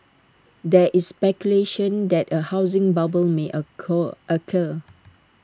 there is speculation that A housing bubble may occur